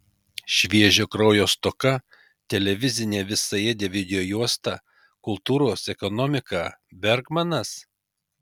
šviežio kraujo stoka televizinė visaėdė videojuosta kultūros ekonomika bergmanas